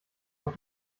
auf